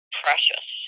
precious